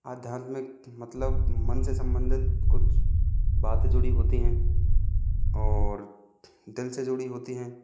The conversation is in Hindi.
अध्यात्मिक मतलब मन से सम्बंधित कुछ बातें जुड़ी होती हैं और दिल से जुड़ी होती हैं